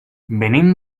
venim